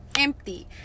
empty